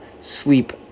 Sleep